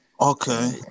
Okay